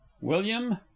William